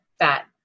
fat